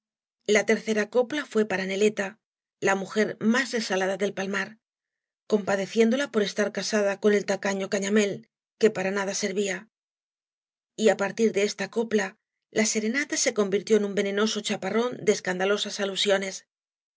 la tercera copla fué para neleta la mujer máa resalada del palmar compadeciéndola por estar casada con el tacaño cañamél que para nada servía y á partir de esta copla la serenata se convirtió en un venenoso chaparrón de escandalosas alusiones